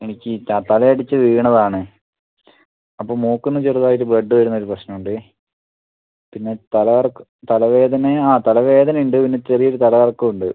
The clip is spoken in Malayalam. എനിക്ക് തല അടിച്ച് വീണതാണ് അപ്പം മൂക്കിൽനിന്ന് ചെറുതായിട്ട് ബ്ലഡ് വരുന്ന ഒരു പ്രശ്നം ഉണ്ട് പിന്നെ തലകറക്കം തലവേദനയും ആ തലവേദന ഉണ്ട് പിന്നെ ചെറിയ ഒരു തലകറക്കം ഉണ്ട്